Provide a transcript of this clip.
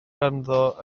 ganddo